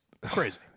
crazy